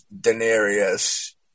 denarius